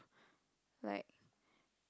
like